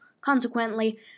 Consequently